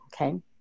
Okay